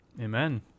Amen